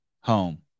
home